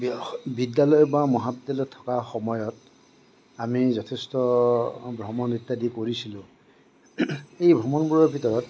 বিদ্যালয় বা মহাবিদ্যালয়ত থকা সময়ত আমি যথেষ্ট ভ্ৰমণ ইত্যাদি কৰিছিলোঁ এই ভ্ৰমণবোৰৰ ভিতৰত